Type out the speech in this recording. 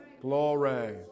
Glory